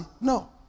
No